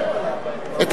אבל הוא צבוע.